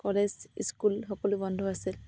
college school সকলো বন্ধ আছিল